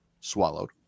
swallowed